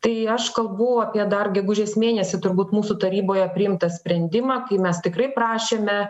tai aš kalbu apie dar gegužės mėnesį turbūt mūsų taryboje priimtą sprendimą kai mes tikrai prašėme